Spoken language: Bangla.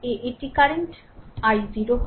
এ এটি কারেন্ট i0 হয়